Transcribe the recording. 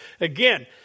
Again